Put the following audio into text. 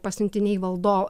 pasiuntiniai valdo